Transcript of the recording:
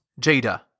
Jada